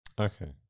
okay